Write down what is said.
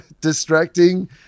distracting